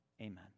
Amen